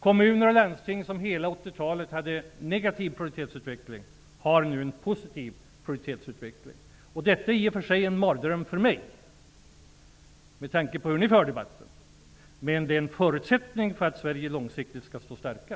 Kommuner och landsting, som under hela 80-talet hade en negativ proudktivitetsutveckling, har nu en positiv produktivitetsutveckling. Detta är i och för sig en mardröm för mig med tanke på hur ni för debatten. Men det är en förutsättning för att Sverige långsiktigt skall stå starkt.